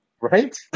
Right